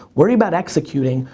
worry about executing,